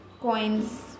coins